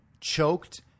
choked